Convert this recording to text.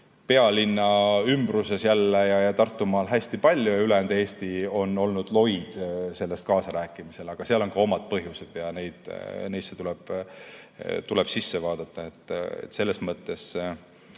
pealinna ümbruses ja Tartumaal hästi palju, aga ülejäänud Eesti on olnud loid selles kaasarääkimisel. Aga seal on ka omad põhjused ja neisse tuleb sisse vaadata. Selles mõttes